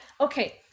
okay